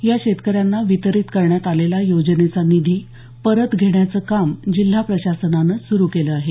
या शेतकऱ्यांना वितरित करण्यात आलेला योजनेचा निधी परत घेण्याचं काम जिल्हा प्रशासनान सुरू केलं आहे